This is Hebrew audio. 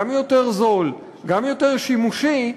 גם יותר זול, גם יותר שימושי,